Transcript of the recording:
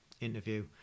interview